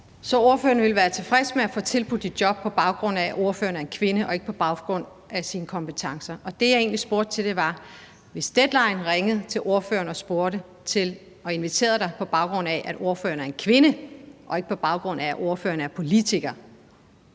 Så ordføreren ville være tilfreds med at få tilbudt et job på baggrund af at være en kvinde og ikke på baggrund af sine kompetencer? Det, jeg egentlig spurgte til, var, hvis Deadline ringede til ordføreren og inviterede ordføreren, på baggrund af at ordføreren er en kvinde, og ikke på baggrund af at ordføreren er politiker.